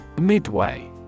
Midway